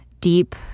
deep